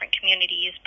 communities